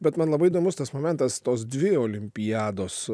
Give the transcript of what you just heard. bet man labai įdomus tas momentas tos dvi olimpiados